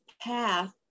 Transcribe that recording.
path